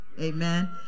Amen